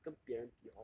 跟别人比 hor